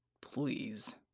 Please